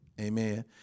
Amen